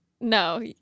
no